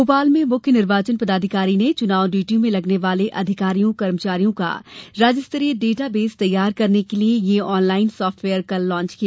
भोपाल में मुख्य निर्वाचन पदाधिकारी ने चुनाव ड्यूटी में लगने वाले अधिकारियों कर्मचारियों का राज्य स्तरीय डाटा बेस तैयार करने के लिए यह ऑनलाइन सॉफ्टवेयर कल लॉन्च किया